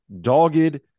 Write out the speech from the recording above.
dogged